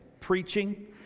preaching